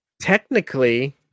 Technically